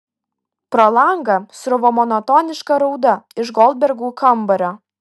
pro langą sruvo monotoniška rauda iš goldbergų kambario